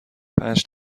پنج